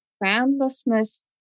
groundlessness